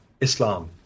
Islam